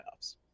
playoffs